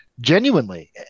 genuinely